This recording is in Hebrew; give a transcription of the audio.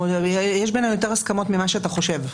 יש בינינו יותר הסכמות ממה שאתה חושב.